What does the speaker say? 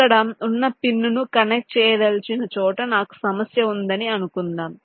ఇక్కడ ఉన్న పిన్ను ను కనెక్ట్ చేయదలిచిన చోట నాకు సమస్య ఉందని అనుకుందాం